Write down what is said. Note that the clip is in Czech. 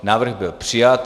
Návrh byl přijat.